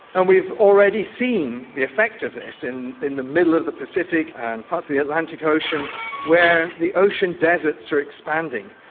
and we've already seen the effect of this in in the middle of the pacific and parts of the atlantic ocean where the ocean deserts are expanding.